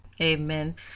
Amen